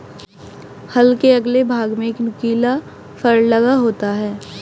हल के अगले भाग में एक नुकीला फर लगा होता है